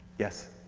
yes?